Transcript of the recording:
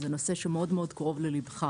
זה נושא שהוא מאוד מאוד קרוב ללבך,